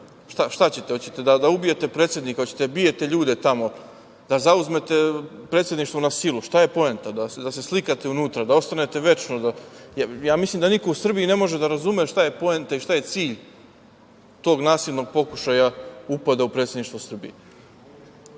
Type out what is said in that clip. šta sad? Hoćete da ubijete predsednika? Hoćete da bijete ljude tamo? Da zauzmete Predsedništvo na silu? Šta je poenta? Da se slikate unutra? Da ostanete večno? Ja mislim da niko u Srbiji ne može da razume šta je poenta i šta je cilj tog nasilnog pokušaja upada u Predsedništvo Srbije.U